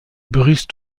bruce